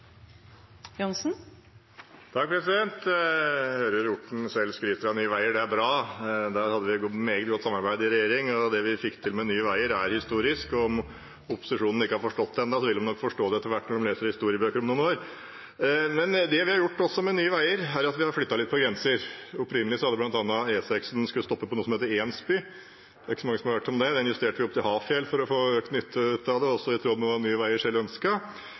bra. Der hadde vi et meget godt samarbeid i regjering, og det vi fikk til med Nye Veier, er historisk, og om opposisjonen ikke har forstått det ennå, vil de nok forstå det etter hvert når de leser historiebøker om noen år. Det vi også har gjort med Nye Veier, er at vi har flyttet litt på grenser. Opprinnelig skulle E6 stoppe på et sted som heter Ensby. Det er ikke så mange som har hørt om det. Det justerte vi opp til Hafjell for å få økt nytte ut av det, også i tråd med hva Nye Veier selv